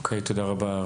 אוקיי, תודה רבה.